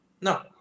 No